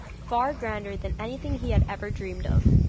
far grander than anything he had ever dreamed of.